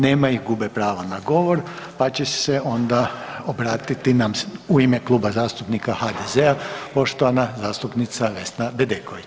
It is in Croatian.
Nema ih gube pravo na govor, pa će se onda obratiti nam u ime Kluba zastupnika HDZ-a poštovana zastupnica Vesna Bedeković.